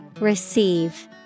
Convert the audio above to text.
Receive